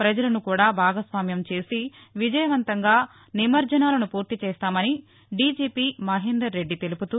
ప్రజలను కూడా భాగస్వామ్యం చేసి విజయవంతంగా నిమజ్జనాలను పూర్తి చేస్తామని డిజిపి మహేందర్రెడ్డి తెలుపుతూ